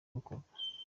bukorwa